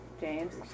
James